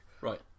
Right